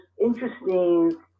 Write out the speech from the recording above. interesting